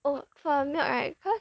oh for milk right cause